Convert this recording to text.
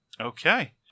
Okay